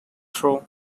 throw